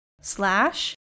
slash